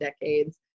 decades